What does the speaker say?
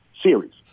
series